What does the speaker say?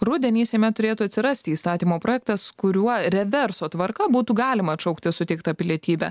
rudenį seime turėtų atsirasti įstatymo projektas kuriuo reverso tvarka būtų galima atšaukti suteiktą pilietybę